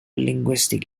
linguistic